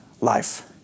life